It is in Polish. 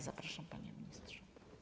Zapraszam, panie ministrze.